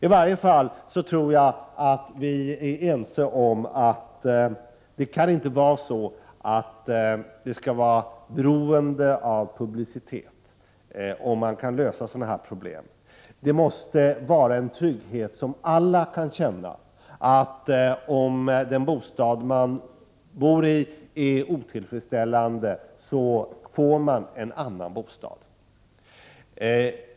I varje fall tror jag att vi är ense om att det inte kan få vara beroende av publicitet att sådana här problem kan lösas. Alla måste kunna känna tryggheten att veta att man får en annan bostad om den bostad som man har är otillfredsställande från de här synpunkterna.